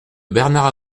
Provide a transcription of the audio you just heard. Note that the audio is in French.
bernard